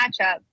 matchup